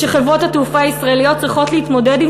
כשחברות התעופה הישראליות צריכות להתמודד עם